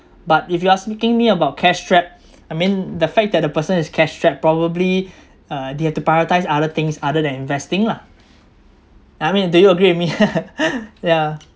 but if you asking me about cash strapped I mean the fact that the person is cash strapped probably uh they have to prioritize other things other than investing lah I mean do you agree with me yeah